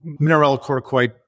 mineralocorticoid